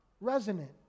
resonant